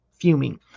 fuming